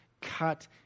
cut